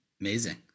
Amazing